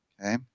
Okay